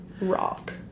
rock